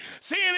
Seeing